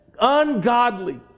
ungodly